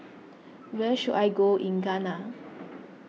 where should I go in Ghana